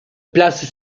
place